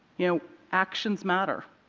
you know actions matter.